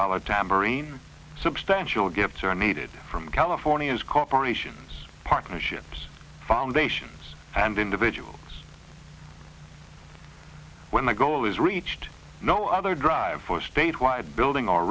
dollars tamborine substantial gifts are needed from california's corporations partnerships foundations and individuals when the goal is reached no other drive for statewide building or